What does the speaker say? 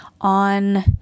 on